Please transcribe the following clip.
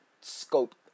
scope